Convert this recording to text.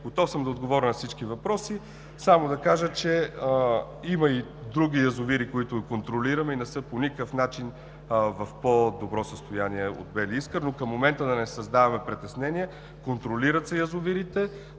Готов съм да отговоря на всички въпроси. Само да кажа, че има и други язовири, които контролираме и по никакъв начин не са в по-добро състояние от „Бели Искър“, но към момента да не създаваме притеснения. Язовирите се контролират.